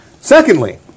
Secondly